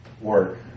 work